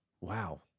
Wow